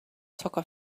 soccer